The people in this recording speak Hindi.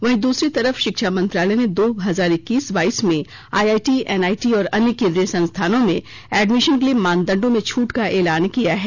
वहीं दूसरी तरफ शिक्षा मंत्रालय ने दो हजार इक्कीस बाइस में आईआईटी एनआईटी और अन्य केंद्रीय संस्थानों में एडमिशन के लिए मानदंडों में छूट का ऐलान किया है